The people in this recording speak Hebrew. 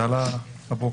זה עלה אתמול.